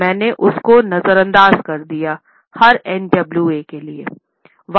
मैंने उसको नज़रअंदाज़ कर दिया हर NWA के लिए